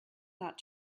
that